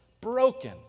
broken